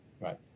right